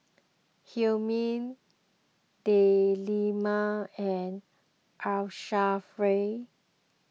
Hilmi Delima and Asharaff